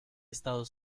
estado